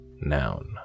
noun